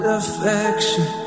affection